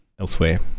elsewhere